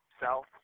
South